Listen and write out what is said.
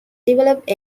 developed